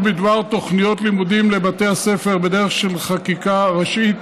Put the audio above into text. בדבר תוכניות לימודים לבתי הספר בדרך של חקיקה ראשית